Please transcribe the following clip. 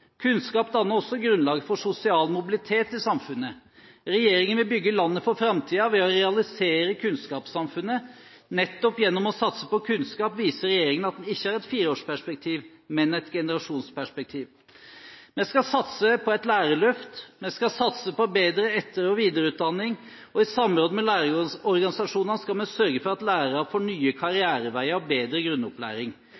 Kunnskap danner også grunnlaget for sosial mobilitet i samfunnet. Regjeringen vil bygge landet for framtiden ved å realisere kunnskapssamfunnet. Nettopp gjennom å satse på kunnskap viser regjeringen at den ikke har et fireårsperspektiv, men et generasjonsperspektiv. Vi skal satse på et lærerløft, vi skal satse på bedre etter- og videreutdanning, og i samråd med lærerrådsorganisasjonene skal vi sørge for at lærere får nye